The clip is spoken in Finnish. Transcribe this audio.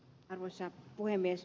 arvoisa puhemies